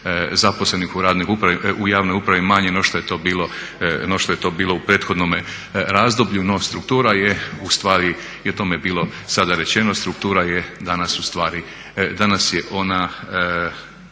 zaposlenih u javnoj upravi manje no što je to bilo u prethodnom razdoblju no struktura je ustvari, i o tome je bilo sada rečeno, struktura je danas ustvari, danas je ona